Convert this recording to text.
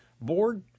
board